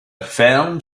ferme